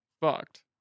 fucked